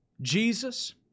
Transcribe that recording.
Jesus